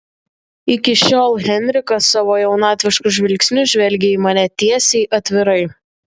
iki šiol henrikas savo jaunatvišku žvilgsniu žvelgė į mane tiesiai atvirai